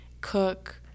cook